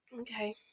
okay